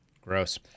gross